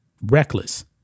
Reckless